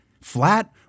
flat